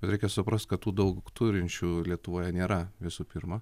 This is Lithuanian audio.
bet reikia suprast kad daug turinčių lietuvoje nėra visų pirma